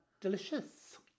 delicious